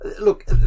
Look